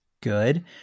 good